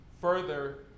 further